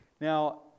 Now